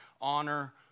honor